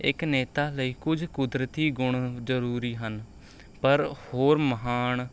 ਇੱਕ ਨੇਤਾ ਲਈ ਕੁਝ ਕੁਦਰਤੀ ਗੁਣ ਜ਼ਰੂਰੀ ਹਨ ਪਰ ਹੋਰ ਮਹਾਨ